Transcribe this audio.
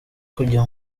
kujya